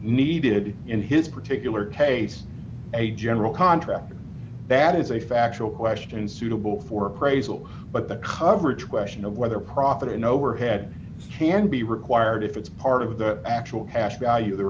needed in his particular case a general contractor that is a factual question suitable for appraisal but the coverage question of whether profit in overhead can be required if it's part of the actual cash value the